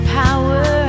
power